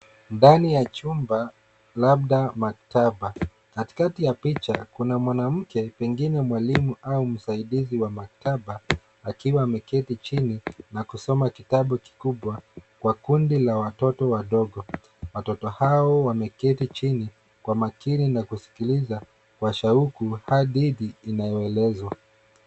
Ndani ya chumba labda maktaba. Katikati ya picha kuna mwanamke pengine mwalimu au msaidizi wa maktaba akiwa ameketi chini na kusoma kitabu kikubwa kwa kundi la watoto wadogo. Watoto hao wameketi chini kwa makini na kuskiliza kwa shauku hadithi inayoelezwa.